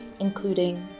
including